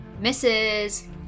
Misses